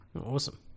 Awesome